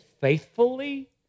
faithfully